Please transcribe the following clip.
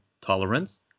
tolerance